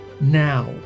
now